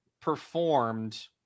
performed